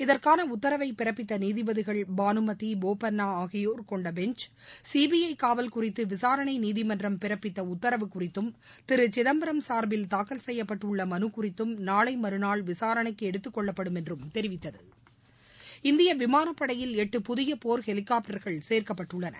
இதற்கான உத்தரவை பிறப்பித்த நீதிபதிகள் பானுமதி போபண்ணா ஆகியோர் கொண்ட பெஞ்ச் சிபிஐ காவல் குறித்து விசாரணை நீதிமன்றம் பிறப்பித்த உத்தரவு குறித்தும் திரு சிதம்பரம் சார்பில் தாக்கல் செய்யப்பட்டுள்ள மனு குறித்தும் நாளை மறுநாள் விசாரணைக்கு எடுத்துக்கொள்ளப்படும் என்றும் தெரிவித்தது இந்திய விமானப்படையில் எட்டு புதிய போர் ஹெலிகாப்டர்கள் சேர்க்கப்பட்டுள்ளன